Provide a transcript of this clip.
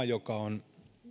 joka on noussut